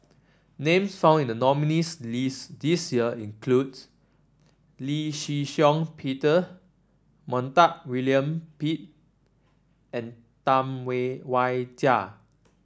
names found in the nominees' list this year includes Lee Shih Shiong Peter Montague William Pett and Tam Wai Jia